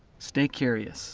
stay curious.